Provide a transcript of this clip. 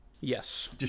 Yes